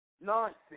Nonsense